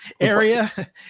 area